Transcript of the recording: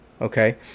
Okay